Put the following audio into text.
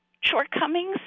shortcomings